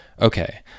Okay